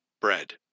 bread